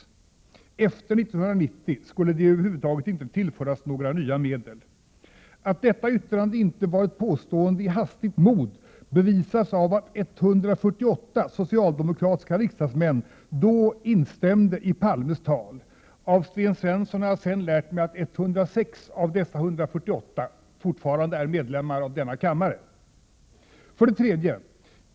Efter 1990 skulle de över huvud taget inte tillföras några nya medel. Att detta yttrande inte var ett påstående i ”hastigt mod” bevisas av att 148 socialdemokratiska riksdagsmän då instämde i Palmes tal. Av Sten Svensson har jag sedan lärt mig att 106 av dessa 148 fortfarande är medlemmar av denna kammare. 3.